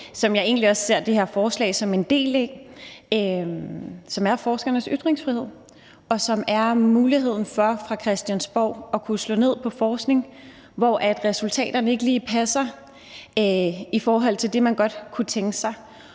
også det her forslag som en del af – er forskernes ytringsfrihed, og det er i forhold til muligheden for fra Christiansborg at kunne slå ned på forskning, hvor resultaterne ikke lige passer med det, man godt kunne tænke sig.